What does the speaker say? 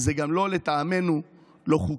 זה גם, לטעמנו, לא חוקי.